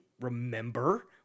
remember